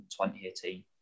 2018